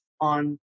on